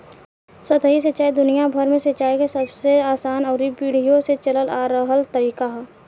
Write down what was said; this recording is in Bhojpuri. सतही सिंचाई दुनियाभर में सिंचाई के सबसे आसान अउरी पीढ़ियो से चलल आ रहल तरीका ह